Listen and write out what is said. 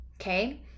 okay